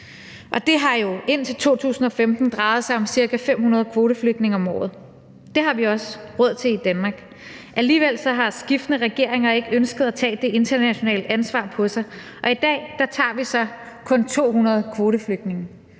det har jo indtil 2015 drejet sig om ca. 500 kvoteflygtninge om året. Det har vi også råd til i Danmark. Alligevel har skiftende regeringer ikke ønsket at tage det internationale ansvar på sig, og i dag tager vi så kun 200 kvoteflygtninge.